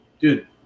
dude